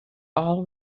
all